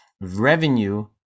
Revenue